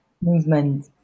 movement